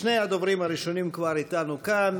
שני הדוברים הראשונים כבר איתנו כאן.